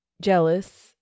jealous